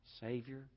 Savior